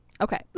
Okay